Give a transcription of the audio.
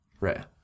Rare